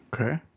Okay